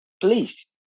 please